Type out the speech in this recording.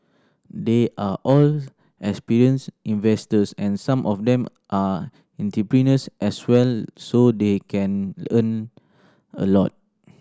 they are all experienced investors and some of them are entrepreneurs as well so they can learn a lot